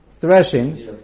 Threshing